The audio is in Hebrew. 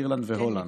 אירלנד והולנד.